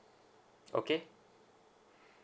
okay